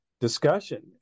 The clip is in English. discussion